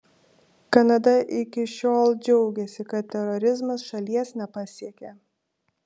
kanada iki šiol džiaugėsi kad terorizmas šalies nepasiekia